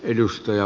edustaja